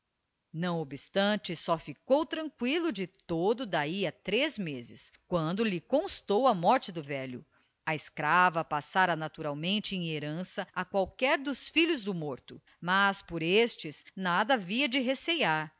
não obstante só ficou tranqüilo de todo daí a três meses quando lhe constou a morte do velho a escrava passara naturalmente em herança a qualquer dos filhos do morto mas por estes nada havia que recear